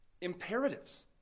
imperatives